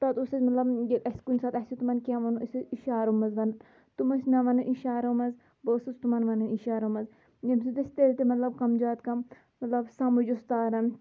پَتہٕ اوس اَسہِ مطلب یہِ اَسہِ کُنہِ ساتہٕ آسہِ تِمَن کینٛہہ وَنُن أسۍ ٲسۍ اِشارو منٛز وَن تِم ٲسۍ مےٚ وَنان اِشارو منٛز بہٕ ٲسٕس تِمَن وَنان اِشارو منٛز ییٚمہِ سۭتۍ أسۍ تیٚلہِ تہِ مطلب کَم زیادٕ کَم مطلب سَمٕجھ اوس تارَن